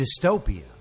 dystopia